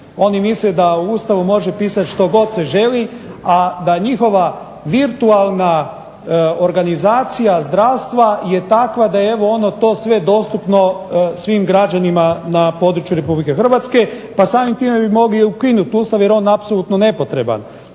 Oni misle da u Ustavu može pisati što god se želi, a da njihova virtualna organizacija zdravstva je takva da je evo to sve dostupno svim građanima na području RH, pa samim time bi mogli ukinuti Ustav jer je on apsolutno nepotreban.